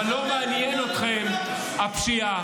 אבל לא מעניינת אתכם הפשיעה,